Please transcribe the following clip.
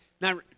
Now